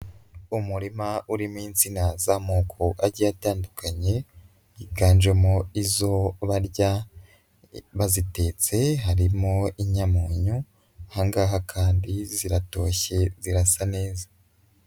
Umurima urimo insina z'amoko agiye atandukanye, yiganjemo izo barya bazitetse harimo inyamunyo, aha ngaha kandi ziratoshye zirasa neza.